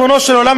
ריבונו של עולם,